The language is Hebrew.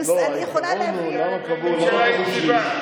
שנתיים אין ממשלה יציבה.